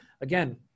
again